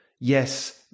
yes